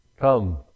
Come